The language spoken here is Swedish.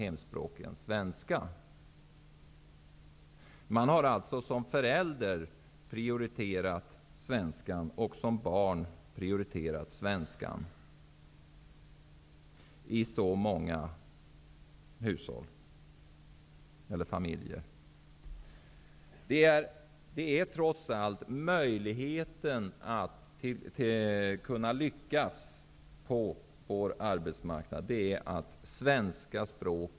I så många familjer har alltså både föräldrarna och barnen prioriterat svenskan. Det är trots allt svenska språket som skall vara målet när det gäller möjligheten att lyckas på vår arbetsmarknad.